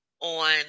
on